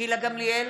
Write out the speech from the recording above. גילה גמליאל,